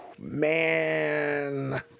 Man